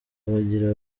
bagira